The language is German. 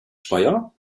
speyer